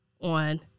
on